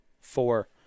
four